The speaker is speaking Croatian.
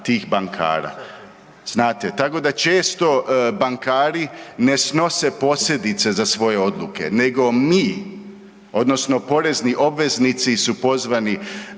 tih bankara, znate. Tako da često bankari ne snose posljedice za svoje odluke nego mi odnosno porezni obveznici su pozvani